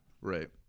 Right